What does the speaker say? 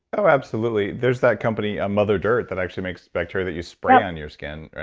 so absolutely. there's that company, ah mother dirt, that actually makes bacteria that you spray on your skin,